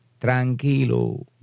Tranquilo